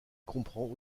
comprend